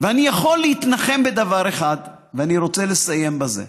ואני יכול להתנחם בדבר אחד, ואני רוצה לסיים בזה,